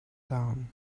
down